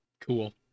Cool